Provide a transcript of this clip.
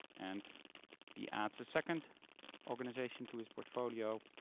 and he adds a second organization to his portfolio,